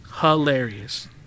hilarious